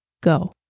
go